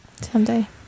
someday